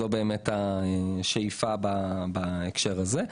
זו השאיפה בהקשר הזה.